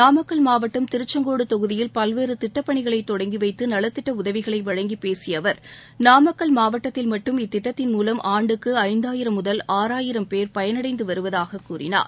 நாமக்கல் மாவட்டம் திருச்செங்கோடு தொகுதியில் பல்வேறு திட்டப் பணிகளை தொடங்கிவைத்து நலத்திட்ட உதவிகளை வழங்கி பேசிய அவா் நாமக்கல் மாவட்டத்தில் மட்டும் இத்திட்டத்தின் முவம் ஆண்டுக்கு ஐந்தாயிரம் முதல் ஆறாயிரம் பேர் பயனடைந்து வருவதாக கூறினார்